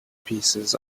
pieces